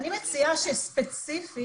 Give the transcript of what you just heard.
מציעה שספציפית,